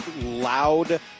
loud